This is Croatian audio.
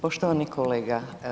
Poštovani kolega.